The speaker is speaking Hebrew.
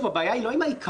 הבעיה היא לא עם העיקרון,